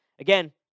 Again